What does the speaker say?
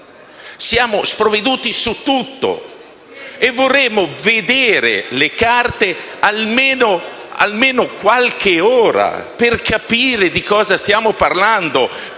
Siamo sprovveduti su tutto, mentre vorremmo poter vedere le carte almeno per qualche ora, per capire di che cosa stiamo parlando.